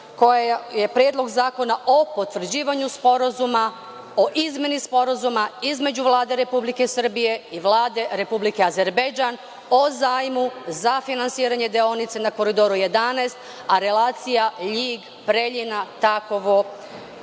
koja je Predlog zakona o potvrđivanju sporazuma o izmeni sporazuma između Vlade RS i Vlade Republike Azerbejdžan o zajmu za finansiranje deonice na Koridoru 11, a relacija Ljig – Bojkovci – Takovo